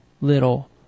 little